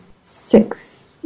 six